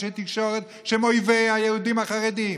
אנשי תקשורת שהם אויבי היהודים החרדים.